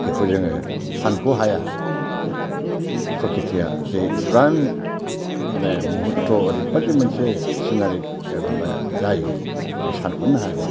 जेखौ जोङो सानख' हाया प्रक्रितिया जे एसेबां माने मुहुर्त्त' ओरैबायदि मोनसे सिनारि माबा जायो बे सानख'नो हाया बेखौ